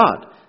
God